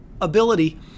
ability